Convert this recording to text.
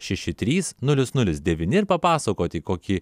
šeši trys nulis nulis devyni ir papasakoti kokį